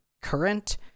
current